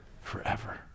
forever